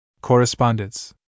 Correspondence